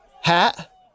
hat